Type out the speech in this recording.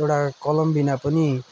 एउटा कलमबिना पनि